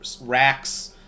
racks